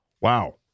Wow